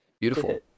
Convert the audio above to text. Beautiful